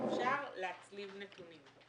אפשר להצליב נתונים.